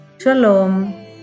Shalom